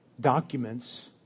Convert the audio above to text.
documents